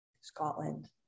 Scotland